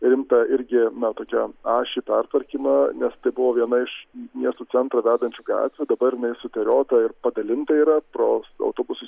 rimtą irgi na tokią ašį pertvarkymą nes tai buvo viena iš miesto centrą vedančių gatvių dabar jinai suteriota ir padalinta yra pro autobusų